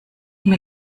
mir